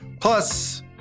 Plus